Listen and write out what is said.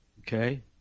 Okay